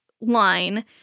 line